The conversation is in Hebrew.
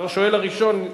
השואל הראשון,